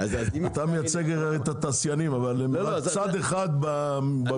אתה מייצג את התעשיינים אבל הם רק צד אחד במכלול.